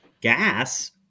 Gas